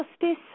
Justice